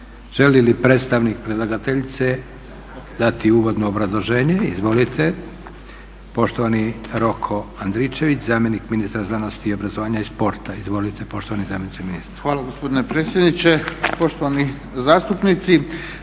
Hvala gospodine predsjedniče. Poštovani zastupnici.